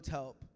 help